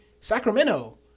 Sacramento